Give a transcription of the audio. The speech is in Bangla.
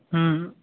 হুম